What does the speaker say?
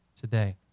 today